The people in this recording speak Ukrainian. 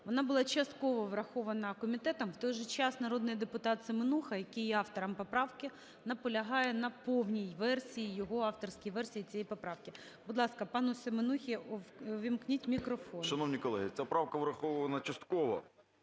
Вона була частково врахована комітетом. В той же час народний депутатСеменуха, який є автором поправки, наполягає на повній версії, його авторській версії цієї поправки. Будь ласка, пануСеменусі увімкніть мікрофон. 13:17:18 СЕМЕНУХА Р.С. Шановні колеги! Ця правка врахована частково